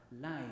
life